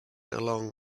along